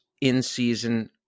in-season